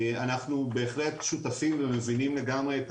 אנחנו בהחלט שותפים ומבינים לגמרי את